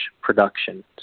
production